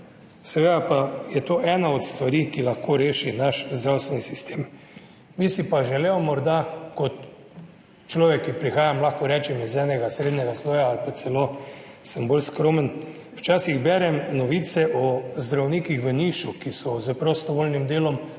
seveda pa je to ena od stvari, ki lahko rešijo naš zdravstveni sistem. Bi si pa želel morda kot človek, ki prihaja, lahko rečem iz enega srednjega sloja ali pa sem celo bolj skromen, včasih berem novice o zdravnikih v Nišu, ki so s prostovoljnim delom